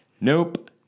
Nope